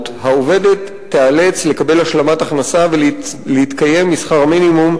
העובדת תיאלץ לקבל השלמת הכנסה ולהתקיים משכר מינימום,